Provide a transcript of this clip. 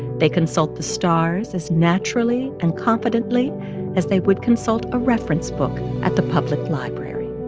they consult the stars as naturally and competently as they would consult a reference book at the public library